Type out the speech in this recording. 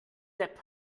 depp